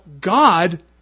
God